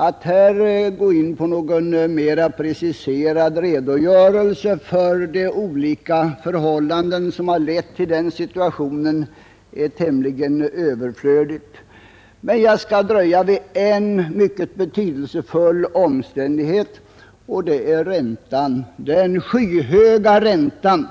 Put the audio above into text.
Att här gå in på någon mera preciserad redogörelse för de olika förhållanden som har lett till den situationen är tämligen överflödigt, men jag skall dröja vid en mycket betydelsefull omständighet, och det är räntan — den skyhöga räntan.